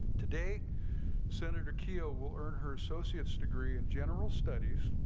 today senator keogh will earn her associate's degree in general studies.